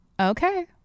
okay